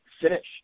finish